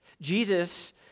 Jesus